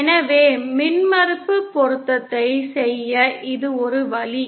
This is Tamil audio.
எனவே மின்மறுப்பு பொருத்தத்தை செய்ய இது ஒரு வழி